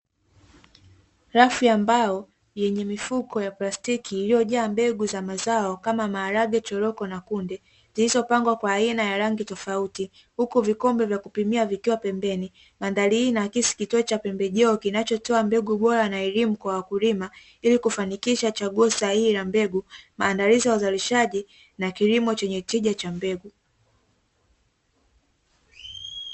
Rafu ya mbao yenye mifuko ya plastiki iliyojaa mbegu za mazao kama: maharage, choroko na kunde; zilizopangwa kwa aina na rangi tofauti, huku vikombe vya kupimia vikiwa pembeni. Mandhari hii inaakisi kituo cha pembejeo kinachotoa mbegu bora na elimu kwa wakulima ili kufanikisha chaguo sahihi la mbegu, maandalizi ya uzalishaji na kilimo chenye tija cha mbegu.